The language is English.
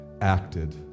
acted